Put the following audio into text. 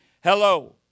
Hello